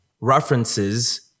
references